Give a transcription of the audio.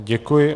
Děkuji.